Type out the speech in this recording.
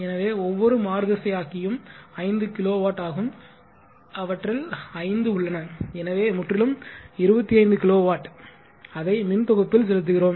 எனவே ஒவ்வொரு மாறுதிசையாக்கியும் 5 kWஆகும் அவற்றில் 5 உள்ளன எனவே முற்றிலும் 25 kW அதை மின் தொகுப்பில் செலுத்துகிறோம்